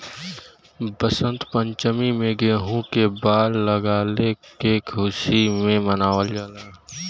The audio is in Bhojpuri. वसंत पंचमी में गेंहू में बाल लगले क खुशी में मनावल जाला